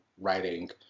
writing